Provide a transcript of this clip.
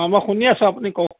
অঁ মই শুনি আছোঁ আপুনি কওক